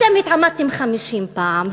אתם התעמתם 50 פעם,